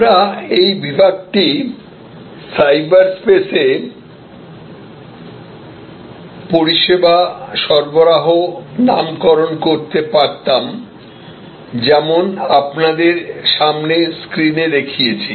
আমরা এই বিভাগটি "সাইবারস্পেসে পরিষেবা সরবরাহ" নামকরণ করতে পারতাম যেমন আপনাদের সামনে স্ক্রিনে দেখিয়েছি